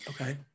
Okay